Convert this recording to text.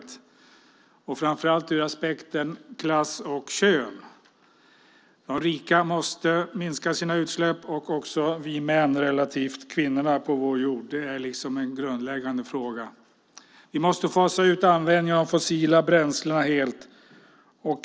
Det handlar framför allt om aspekten klass och kön. De rika måste minska sina utsläpp, och det gäller också vi män relativt kvinnorna på vår jord. Det är en grundläggande fråga. Vi måste fasa ut användningen av fossila bränslen helt.